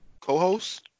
co-host